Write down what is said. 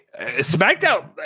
Smackdown